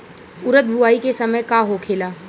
उरद बुआई के समय का होखेला?